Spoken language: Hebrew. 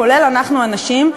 כולל אנחנו הנשים,